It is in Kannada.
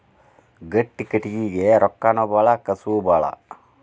ಗಟ್ಟಿ ಕಟಗಿಗೆ ರೊಕ್ಕಾನು ಬಾಳ ಕಸುವು ಬಾಳ